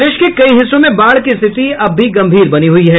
प्रदेश के कई हिस्सों में बाढ़ की स्थिति अब भी गंभीर बनी हुई है